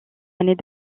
années